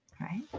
right